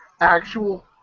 actual